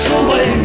away